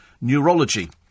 Neurology